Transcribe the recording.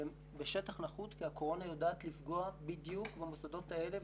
והם בשטח נחות כי הקורונה יודעת לפגוע בדיוק במוסדות האלה.